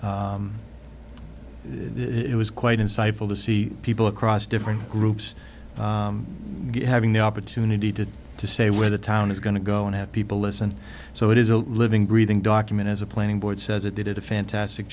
statement it was quite insightful to see people across different groups having the opportunity to to say where the town is going to go and have people listen so it is a living breathing document as a planning board says it did a fantastic